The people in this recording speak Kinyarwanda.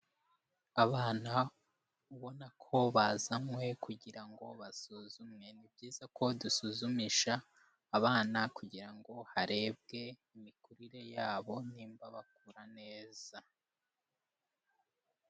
Abana ubona ko bazanywe kugira ngo basuzumwe, ni byiza ko dusuzumisha abana kugira ngo harebwe imikurire yabo nimba bakura neza.